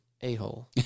a-hole